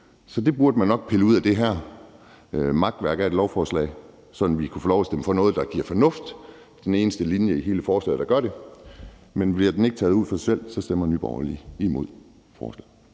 så det burde man nok pille ud af det her makværk af et lovforslag, sådan at vi kunne få lov at stemme for noget, der giver fornuft. Det er den eneste linje i hele forslaget, der gør det. Men bliver den ikke taget ud for sig selv, stemmer Nye Borgerlige imod forslaget.